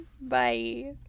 Bye